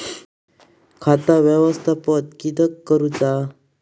खाता व्यवस्थापित किद्यक करुचा?